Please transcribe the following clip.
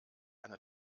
eine